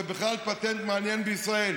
זה בכלל פטנט מעניין בישראל.